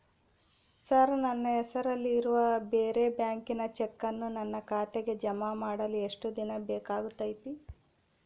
Sir ನನ್ನ ಹೆಸರಲ್ಲಿ ಇರುವ ಬೇರೆ ಬ್ಯಾಂಕಿನ ಚೆಕ್ಕನ್ನು ನನ್ನ ಖಾತೆಗೆ ಜಮಾ ಮಾಡಲು ಎಷ್ಟು ದಿನ ಬೇಕಾಗುತೈತಿ?